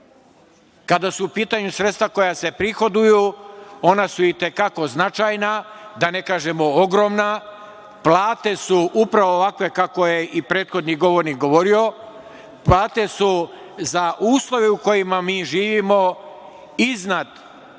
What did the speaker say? REM.Kada su u pitanju sredstva koja se prihoduju, ona su i te kako značajna, da ne kažemo ogromna. Plate su upravo ovakve kako je i prethodni govornik govorio. Plate su za uslove u kojima mi živimo iznad svakog